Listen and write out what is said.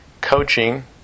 coaching